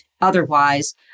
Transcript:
otherwise